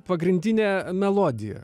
pagrindinė melodija